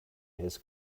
his